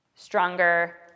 Stronger